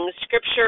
Scripture